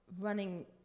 running